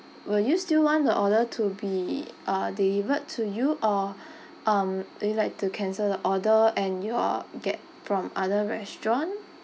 will you still want the order to be uh delivered to you or um would you like to cancel the order and your get from other restaurant